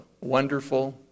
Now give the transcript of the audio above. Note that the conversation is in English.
wonderful